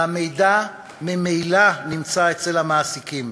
והמידע ממילא נמצא אצל המעסיקים,